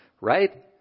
right